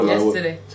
Yesterday